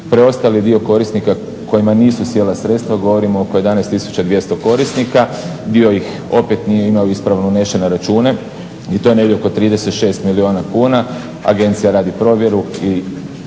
Preostali dio korisnika kojima nisu sjela sredstava, govorim oko 11 200 korisnika dio ih opet nije imao ispravno riješene račune i to negdje oko 36 milijuna kuna. Agencija radi provjeru i